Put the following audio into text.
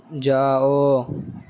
جاؤ